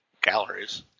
calories